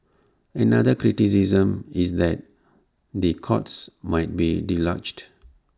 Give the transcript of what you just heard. another criticism is that the courts might be deluged